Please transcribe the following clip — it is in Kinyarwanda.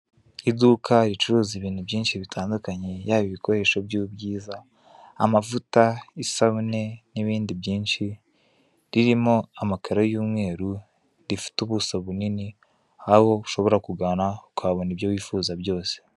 Iduka ricuruza ibintu byinshi bitandukanye yaba ibikoresho by'ubwiza, amavuta isabune, n'ibindi byinshi, ririmo amakaro y'umweru rifite ubuso bunini aho ushobora kugana ukabona ibyo wifuza byose.